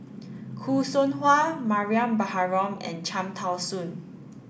Khoo Seow Hwa Mariam Baharom and Cham Tao Soon